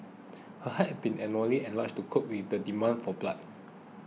her heart had been abnormally enlarged to cope with the demand for blood